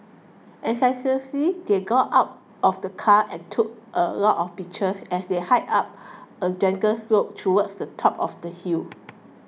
enthusiastically they got out of the car and took a lot of pictures as they hiked up a gentle slope towards the top of the hill